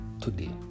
today